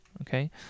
okay